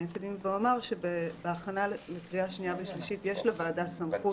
אני אקדים ואומר שבהכנה לקריאה שנייה ושלישית יש לוועדה סמכות,